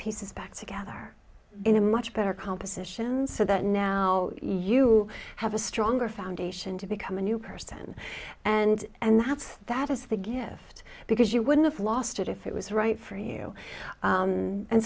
appearance back together in a much better compositions so that now you have a stronger foundation to become a new person and and that's that is the gift because you wouldn't have lost it if it was right for you